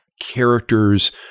characters